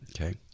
Okay